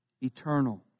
eternal